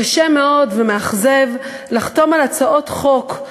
קשה מאוד ומאכזב לחתום על הצעות חוק,